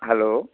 hello